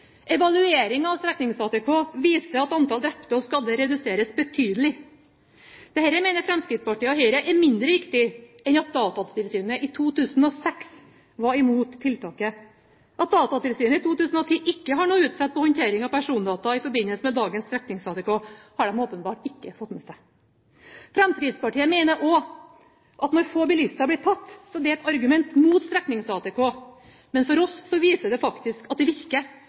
av streknings-ATK viser at antall drepte og skadde reduseres betydelig. Dette mener Fremskrittspartiet og Høyre er mindre viktig enn at Datatilsynet i 2006 var imot tiltaket. At Datatilsynet i 2010 ikke har noe å utsette på håndteringen av persondata i forbindelse med dagens streknings-ATK, har de åpenbart ikke fått med seg. Fremskrittspartiet mener også at når få bilister blir tatt, er det et argument imot streknings-ATK, men for oss viser det faktisk at det virker.